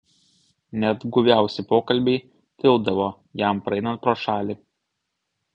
net guviausi pokalbiai tildavo jam praeinant pro šalį